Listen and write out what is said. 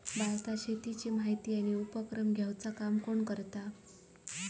भारतात शेतीची माहिती आणि उपक्रम घेवचा काम कोण करता?